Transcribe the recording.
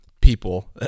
people